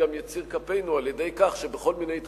גם יציר כפינו על-ידי כך שבכל מיני תחומים,